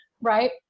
right